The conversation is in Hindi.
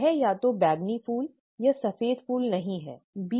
यह या तो बैंगनी फूल या सफेद फूल नहीं है ठीक है